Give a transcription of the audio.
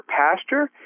pasture